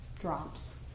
drops